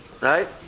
Right